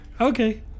Okay